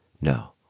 No